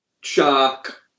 shark